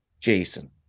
Jason